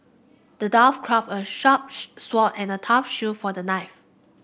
the dwarf crafted a sharp sword and a tough shield for the knight